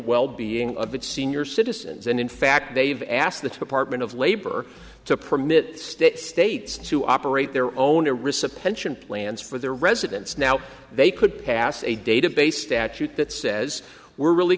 well being of its senior citizens and in fact they've asked the apartment of labor to permit state states to operate their own a reception plans for their residents now they could pass a database statute that says we're really